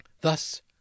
thus